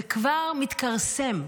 זה כבר מתכרסם,